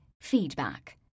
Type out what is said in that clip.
feedback